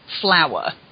flower